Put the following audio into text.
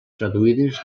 traduïdes